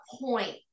point